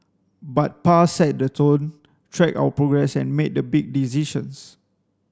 but Pa set the tone tracked our progress and made the big decisions